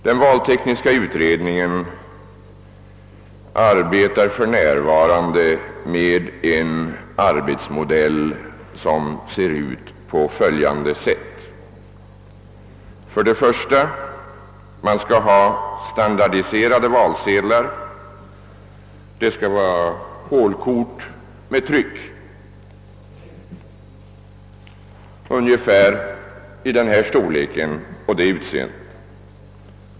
Den valtekniska utredningen arbetar för närvarande med en arbetsmodell som ser ut på följande sätt: För det första skall valsedlarna vara standardiserade. Det skall vara hålkort med tryck, ungefär i den här storleken och av detta utseende.